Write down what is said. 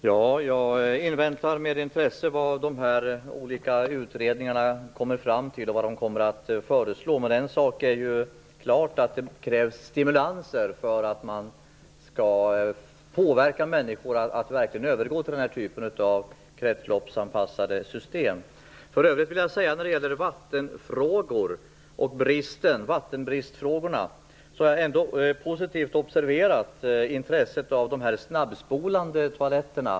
Herr talman! Jag väntar med intresse på vad de olika utredningarna kommer fram till och vad som där kommer att förslås. En sak är klar, nämligen att det behövs stimulanser för att människor skall påverkas att verkligen övergå till den här typen av kretsloppsanpassade system. När det gäller vattenbristfrågan har jag positivt observerat intresset för de snålspolande toaletterna.